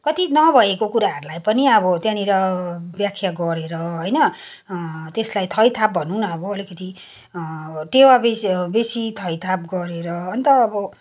कति नभएको कुराहरूलाई पनि अब त्यहाँनिर व्याख्या गरेर होइन त्यसलाई थइथाप भनौँ न अब अलिकति टेवा बेसी बेसी थइथाप गरेर अन्त अब